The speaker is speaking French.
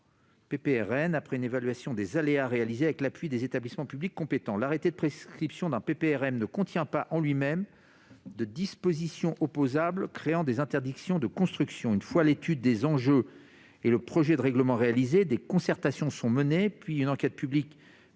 (PPRN), après une évaluation des aléas réalisée avec l'appui des établissements publics compétents. L'arrêté de prescription d'un PPRM ne contient pas, en lui-même, de disposition opposable créant des interdictions de construction. Une fois l'étude des enjeux et le projet de règlement réalisés, des concertations sont menées, puis une enquête publique